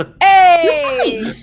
Hey